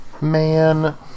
Man